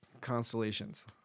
constellations